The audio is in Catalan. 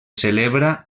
celebra